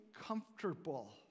comfortable